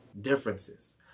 differences